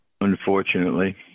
Unfortunately